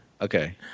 Okay